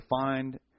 defined